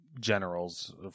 Generals